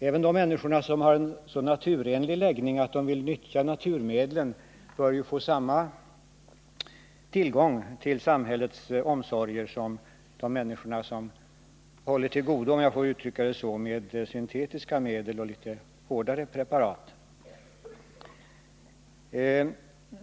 Även de människor som har en sådan naturenlig läggning att de vill nyttja naturmedel bör ju få samma tillgång till samhällets omsorger som de människor som håller till godo — om jag får uttrycka det så — med syntetiska medel och litet hårdare preparat.